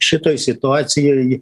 šitoj situacijoj